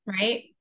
right